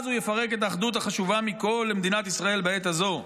אז הוא יפרק את האחדות החשובה מכול למדינת ישראל בעת הזו.